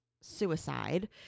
suicide